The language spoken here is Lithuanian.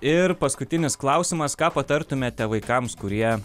ir paskutinis klausimas ką patartumėte vaikams kurie